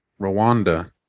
rwanda